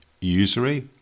usury